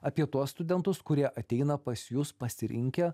apie tuos studentus kurie ateina pas jus pasirinkę